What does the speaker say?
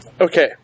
Okay